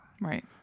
right